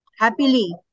happily